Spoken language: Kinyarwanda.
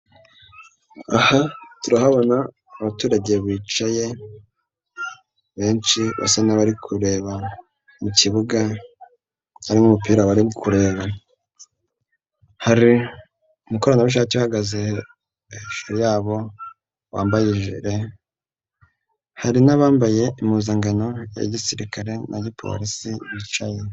Aha turahabona abaturage bicaye, benshi basa n'abari kureba mu kibuga, harimo umupira bari kureba hari umukoranabushake uhagaze hejuru yabo wambaye ijire, hari n'abambaye impuzankano ya gisirikare na gipolisi bicaye.